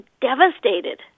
devastated